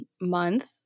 month